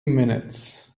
minutes